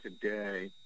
today